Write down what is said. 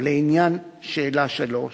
לעניין שאלה 3,